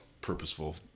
purposeful